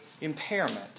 impairment